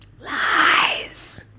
Lies